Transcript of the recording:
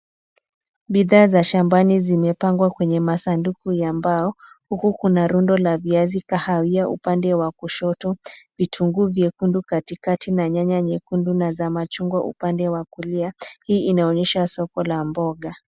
Bidhaa za shambani zimepangwa kwenye masanduku ya mbao huku kuna rundo la viazi kahawia upande wa kushoto, vitunguu vyekundu katikati na nyanya nyekundu na za machungwa upande wa kulia. Hii inaonyesha soko la mboga.